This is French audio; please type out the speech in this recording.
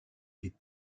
des